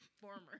former